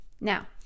Now